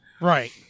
Right